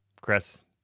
Chris